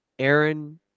Aaron